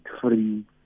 free